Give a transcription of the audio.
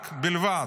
רק, בלבד.